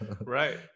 Right